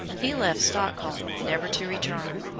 he left stockholm, never to return.